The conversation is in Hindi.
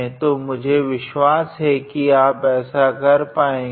तो मुझे विश्वास है की आप ऐसा कर पाएगे